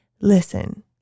listen